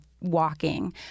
walking